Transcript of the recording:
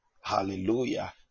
Hallelujah